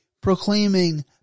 proclaiming